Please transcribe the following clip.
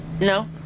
No